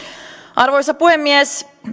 arvoisa puhemies